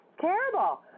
terrible